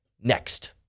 next